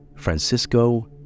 Francisco